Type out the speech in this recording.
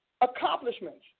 accomplishments